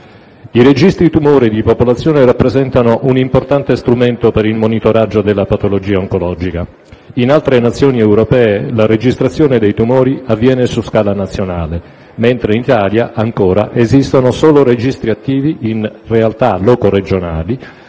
I registri tumori di popolazione rappresentano un importante strumento per il monitoraggio della patologia oncologica; in altre Nazioni europee la registrazione dei tumori avviene su scala nazionale, mentre in Italia esistono solo registri attivi in realtà loco-regionali,